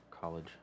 College